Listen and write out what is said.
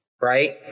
right